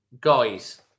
guys